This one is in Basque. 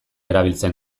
erabiltzen